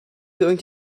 going